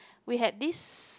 we had these